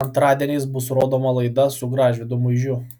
antradieniais bus rodoma laida su gražvydu muižiu